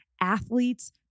athletes